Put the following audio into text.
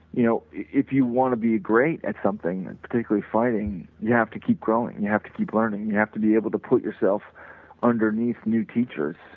you know, if you want to be great at something particularly fighting you have to keep growing, you have to keep learning, you have to be able to put yourself underneath new teachers,